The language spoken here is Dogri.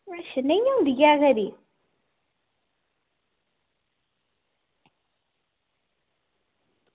नेईं होंदी ऐ खरी